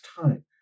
time